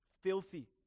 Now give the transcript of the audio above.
filthy